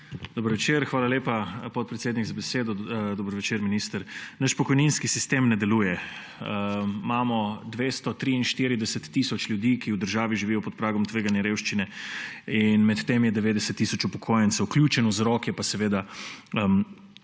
Dober večer! Hvala lepa, podpredsednik za besedo. Dober večer minister! Naš pokojninski sistem ne deluje. Imamo 243 tisoč ljudi, ki v državi živijo pod pragom tveganja revščine, in med temi je 90 tisoč upokojencev. Ključen vzrok je pa seveda